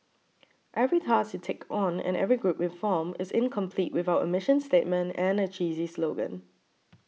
every task you take on and every group you form is incomplete without a mission statement and a cheesy slogan